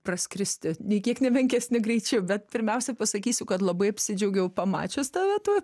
praskristi nė kiek nemenkesniu greičiu bet pirmiausia pasakysiu kad labai apsidžiaugiau pamačius tave toj